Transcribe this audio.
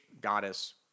goddess